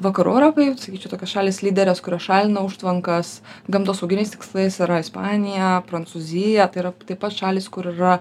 vakarų europoj sakyčiau tokios šalys lyderės kurios šalina užtvankas gamtosauginiais tikslais yra ispanija prancūzija tai yra taip pat šalys kur yra